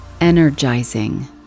Energizing